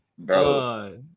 Bro